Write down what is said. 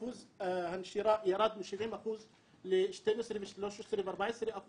אחוז הנשירה ירד מ-70% ל-12% ו-13% ו-14%.